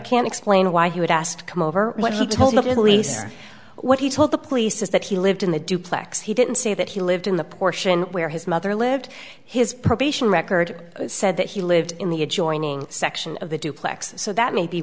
can't explain why he would ask come over what he told look at least what he told the police is that he lived in the duplex he didn't say that he lived in the portion where his mother lived his probation record said that he lived in the adjoining section of the duplex so that may be